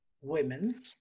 women